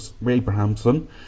Abrahamson